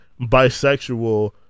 bisexual